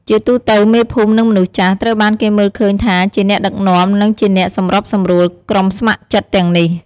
ជាទូទៅ មេភូមិ និងមនុស្សចាស់ ត្រូវបានគេមើលឃើញថាជាអ្នកដឹកនាំ និង ជាអ្នកសម្របសម្រួលក្រុមស្ម័គ្រចិត្ត ទាំងនេះ។